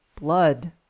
blood